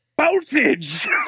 voltage